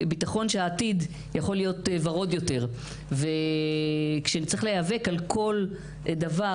ושהעתיד יכול להיות ורוד יותר וכשצריך להיאבק על כל דבר,